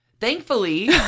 Thankfully